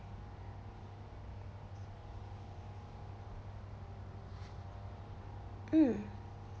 mm